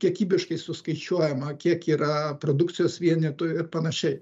kiekybiškai suskaičiuojama kiek yra produkcijos vienetų ir panašiai